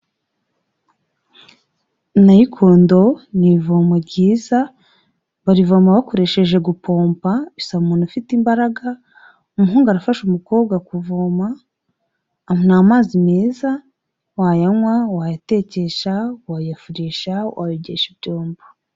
Nayikondo ni ivomo ryiza barivoma bakoresheje gupomba bisa umuntu ufite imbaraga, umuhungu arafasha umukobwa kuvoma, ni amazi meza wayanywa, wayatekesha, wayafurisha, wayogesha ibyombo.